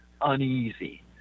uneasy